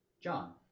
John